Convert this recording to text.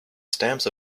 stamps